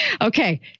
Okay